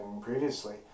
previously